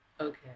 Okay